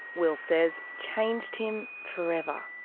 will says. changed him forever.